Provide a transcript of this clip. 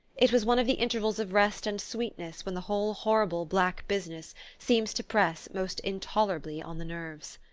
it was one of the intervals of rest and sweetness when the whole horrible black business seems to press most intolerably on the nerves.